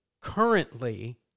currently